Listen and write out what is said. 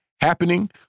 happening